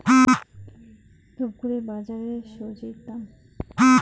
ধূপগুড়ি বাজারের স্বজি দাম?